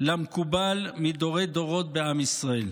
למקובל מדורי-דורות בעם ישראל,